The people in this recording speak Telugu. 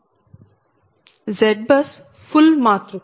ZBUS ఫుల్ మాతృక